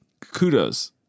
kudos